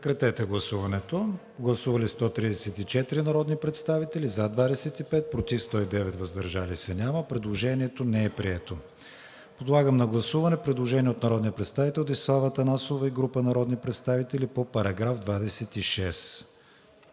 представители по § 25. Гласували 134 народни представители: за 25, против 109, въздържали се няма. Предложението не е прието. Подлагам на гласуване предложението от народния представител Десислава Атанасова и група народни представители по § 26.